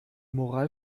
moral